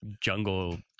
jungle